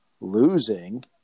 losing